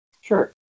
Sure